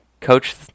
coach